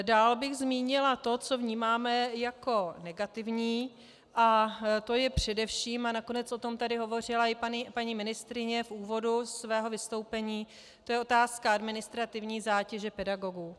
Dále bych zmínila to, co vnímáme jako negativní, a to je především, a nakonec o tom tady hovořila i paní ministryně v úvodu svého vystoupení, to je otázka administrativní zátěže pedagogů.